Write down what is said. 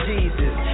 Jesus